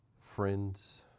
Friends